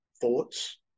thoughts